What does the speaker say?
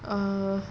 err